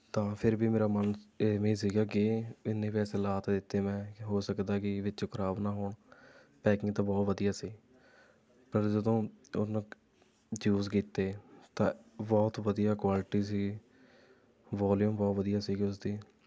ਤਾਂ ਫਿਰ ਵੀ ਮੇਰਾ ਮਨ ਐਵੇਂ ਸੀ ਕਿ ਇੰਨੇ ਪੈਸੇ ਲਾ ਤਾਂ ਦਿੱਤੇ ਮੈਂ ਹੋ ਸਕਦਾ ਕਿ ਵਿੱਚੋਂ ਖਰਾਬ ਨਾ ਹੋਣ ਪੈਕਿੰਗ ਤਾਂ ਬਹੁਤ ਵਧੀਆ ਸੀ ਪਰ ਜਦੋਂ ਯੂਜ਼ ਕੀਤੇ ਤਾਂ ਬਹੁਤ ਵਧੀਆ ਕੁਆਲਟੀ ਸੀ ਵੋਲੀਅੂਮ ਬਹੁਤ ਵਧੀਆ ਸੀ ਉਸਦੀ